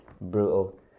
brutal